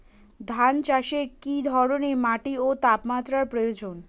ধান চাষে কী ধরনের মাটি ও তাপমাত্রার প্রয়োজন?